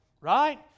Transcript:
Right